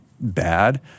bad